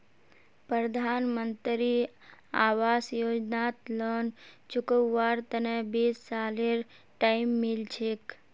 प्रधानमंत्री आवास योजनात लोन चुकव्वार तने बीस सालेर टाइम मिल छेक